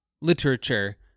literature